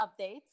updates